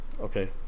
okay